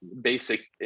basic